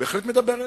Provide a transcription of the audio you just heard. בהחלט מדבר אלי.